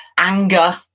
anger,